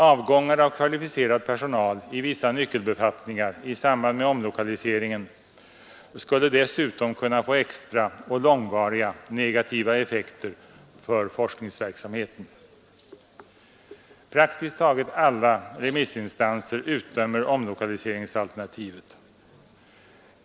Avgångar av kvalificerad personal i vissa nyckelbefattningar i samband med omlokalisering skulle dessutom kunna få extra och långvariga negativa effekter på forskningsverksamheten. Praktiskt taget alla remissinstanser utdömer omlokaliseringsalternativet.